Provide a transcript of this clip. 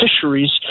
fisheries